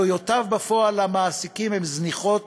עלויותיו בפועל למעסיקים הן זניחות,